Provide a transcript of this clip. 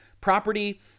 property